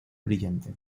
brillante